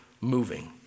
moving